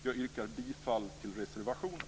Jag yrkar bifall till reservationen.